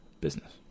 business